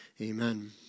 amen